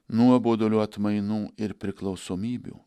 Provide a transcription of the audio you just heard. nuobodulio atmainų ir priklausomybių